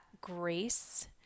grace